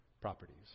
properties